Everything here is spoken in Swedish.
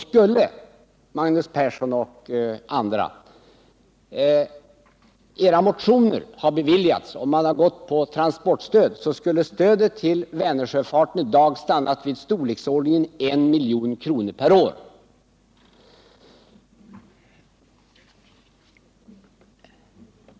Skulle Magnus Perssons och andras motioner om transportstödet ha bifallits hade stödet till Vänersjöfarten stannat vid en summa på 1 milj.kr. per år.